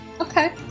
Okay